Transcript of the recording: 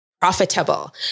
profitable